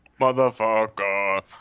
Motherfucker